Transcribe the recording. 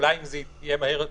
ואם זה יהיה מהר יותר,